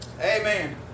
Amen